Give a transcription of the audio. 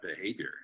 behavior